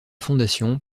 fondation